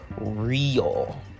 real